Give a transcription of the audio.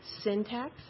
syntax